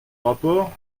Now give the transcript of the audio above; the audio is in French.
rapport